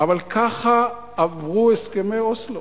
אבל ככה עברו הסכמי אוסלו.